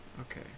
Okay